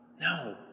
No